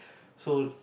so